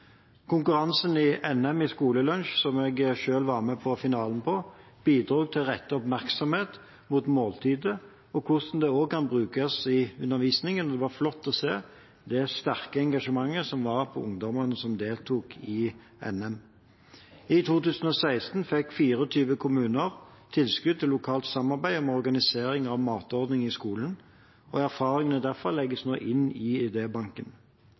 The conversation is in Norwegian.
NM i skolelunsj, som jeg selv var med på finalen på, bidro til å rette oppmerksomhet mot måltidet og hvordan det også kan brukes i undervisningen. Det var flott å se det sterke engasjementet hos ungdommen som deltok i NM. I 2016 fikk 24 kommuner tilskudd til lokalt samarbeid om organisering av matordninger i skolen, og erfaringene derfra legges nå inn i